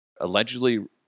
allegedly